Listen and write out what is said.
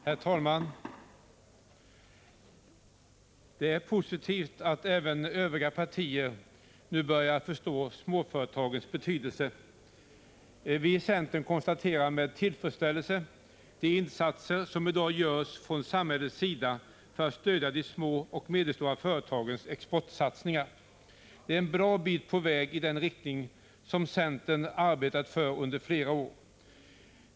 Herr talman! Det är positivt att även övriga partier nu börjar förstå småföretagens betydelse. Vi i centern konstaterar med tillfredsställelse de insatser som i dag görs från samhällets sida för att stödja de små och medelstora företagens exportsatsningar. De är en bra bit på vägi den riktning som centern har arbetat för under flera år.